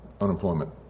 unemployment